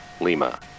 Lima